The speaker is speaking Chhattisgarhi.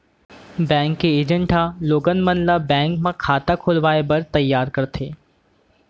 बेंक के एजेंट ह लोगन मन ल बेंक म खाता खोलवाए बर तइयार करथे